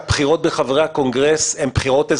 סיעתו של חבר הכנסת,